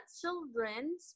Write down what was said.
children